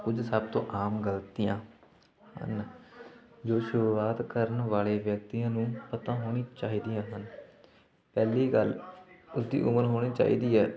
ਕੁਝ ਸਭ ਤੋਂ ਆਮ ਗਲਤੀਆਂ ਹਨ ਜੋ ਸ਼ੁਰੂਆਤ ਕਰਨ ਵਾਲੇ ਵਿਅਕਤੀਆਂ ਨੂੰ ਪਤਾ ਹੋਣੀ ਚਾਹੀਦੀਆਂ ਹਨ ਪਹਿਲੀ ਗੱਲ ਉਸਦੀ ਉਮਰ ਹੋਣੀ ਚਾਹੀਦੀ ਹੈ